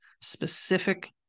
specific